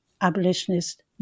abolitionist